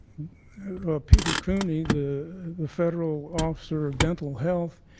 peter coony, the the federal officer of dental health,